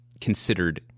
considered